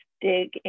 dig